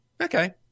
Okay